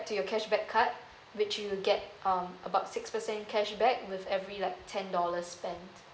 to your cashback card which you'll get um about six percent cashback with every like ten dollars spent